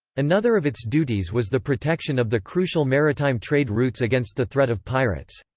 another of its duties was the protection of the crucial maritime trade routes against the threat of pirates.